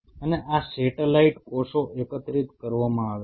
અને આ સેટેલાઈટ કોષો એકત્રિત કરવામાં આવે છે